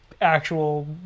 actual